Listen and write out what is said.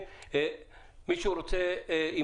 מישהו רוצה להתייחס?